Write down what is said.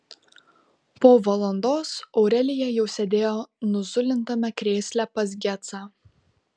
po valandos aurelija jau sėdėjo nuzulintame krėsle pas gecą